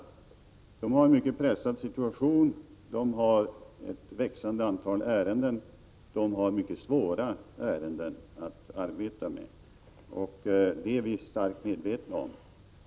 Personalen har en mycket pressad situation. Den har ett växande antal ärenden och mycket svåra ärenden att arbeta med, det är vi starkt medvetna om.